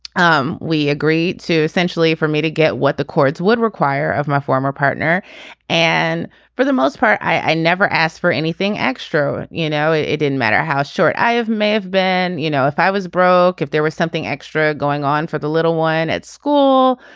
um we agreed to essentially for me to get what the courts would require of my former partner and for the most part i never asked for anything extra. you know it didn't matter how short i may have been you know if i was broke if there was something extra going on for the little one at school.